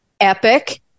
Epic